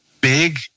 Big